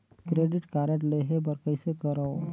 Credit card लेहे बर कइसे करव?